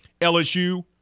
LSU